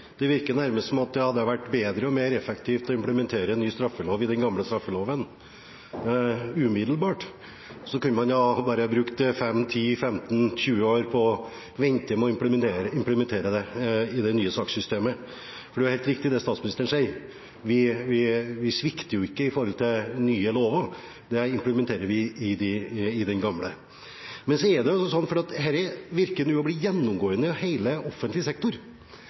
det virker nærmest som at det hadde vært bedre og mer effektivt å implementere en ny straffelov i den gamle straffeloven umiddelbart, og så kunne man bare ha ventet 5, 10, 15, 20 år med å implementere den i det nye sakssystemet. For det er helt riktig det statsministeren sier – vi svikter jo ikke når det gjelder den nye loven. Den implementerer vi i den gamle. Men dette virker nå å bli gjennomgående i hele den